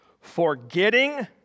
forgetting